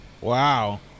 Wow